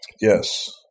Yes